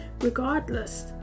regardless